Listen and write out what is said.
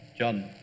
John